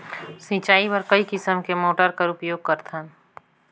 सिंचाई बर कई किसम के मोटर कर उपयोग करथन?